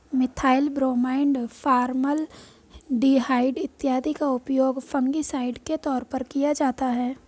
methyl bromide, formaldehyde इत्यादि का उपयोग फंगिसाइड के तौर पर किया जाता है